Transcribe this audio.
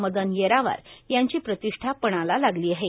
मदन येरावार यांची प्रतिष्ठा पणाला लागली आहे